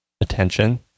attention